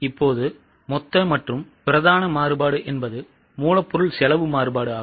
இப்போது மொத்த மற்றும் பிரதான மாறுபாடு என்பது மூலப்பொருள் செலவு மாறுபாடு ஆகும்